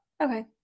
Okay